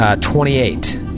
Twenty-eight